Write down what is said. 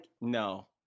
No